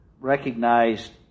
recognized